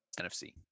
NFC